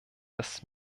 dass